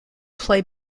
play